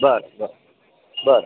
बरं बरं बरं